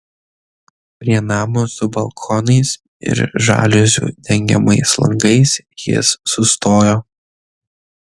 prie namo su balkonais ir žaliuzių dengiamais langais jis sustojo